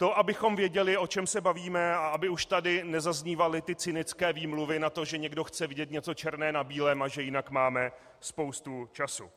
To abychom věděli, o čem se bavíme, a aby už tady nezaznívaly ty cynické výmluvy na to, že někdo chce vidět něco černého na bílém a že jinak máme spoustu času.